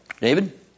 David